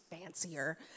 fancier